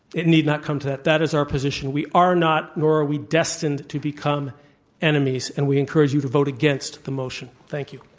it need not come to that. that is our position. we are not nor are we destined to become enemies and we encourage you to vote against the motion. thank you.